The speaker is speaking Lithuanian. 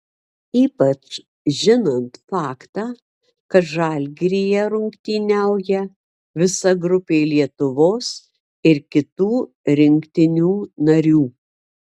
ypač žinant faktą kad žalgiryje rungtyniauja visa grupė lietuvos ir kitų rinktinių narių